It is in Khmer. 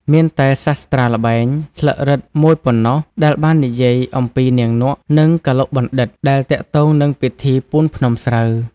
មានតែសាស្ត្រាល្បែង ស្លឹករឹត មួយប៉ុណ្ណោះ ដែលបាននិយាយអំពីនាងនក់ និងកឡុកបណ្ឌិត្យ ដែលទាក់ទងនឹងពិធីពូនភ្នំស្រូវ។